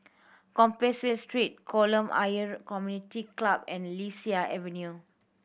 Compassvale Street Kolam Ayer Community Club and Lasia Avenue